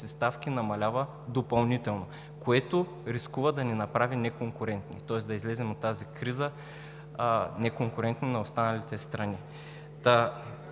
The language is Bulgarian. ставки намалява допълнително, което рискува да ни направи неконкурентни, тоест да излезем от тази криза неконкурентни на останалите страни.